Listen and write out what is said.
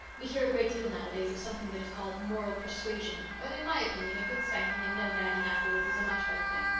we hear a great deal nowadays of something that is called moral persuasion but in my opinion a good spanking and no nagging afterwards is a much better thing.